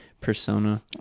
persona